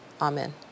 amen